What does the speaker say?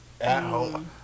At-home